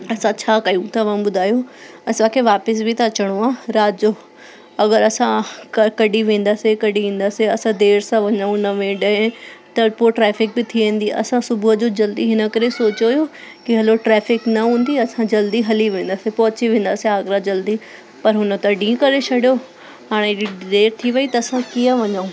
असां छा कयूं तव्हां ॿुधायो असांखे वापसि बि त अचिणो आहे राति जो अगरि असां कॾहिं वेंदासीं कॾहिं ईंदास असां देर सां वञऊं नवे ॾहे त पो ट्रैफ़िक बि थी वेंदी असां सुबुह जो जल्दी हिन करे सोचो हुओ की हलो ट्रैफिक न हूंदी असां जल्दी हली वेंदासीं पहुची वेंदासीं आगरा जल्दी पर हुन त ॾींहुं करे छॾियो हाणे देर थी वई त असां कीअं वञूं